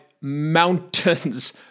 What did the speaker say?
mountains